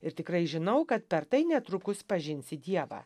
ir tikrai žinau kad per tai netrukus pažinsi dievą